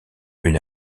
une